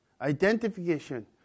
identification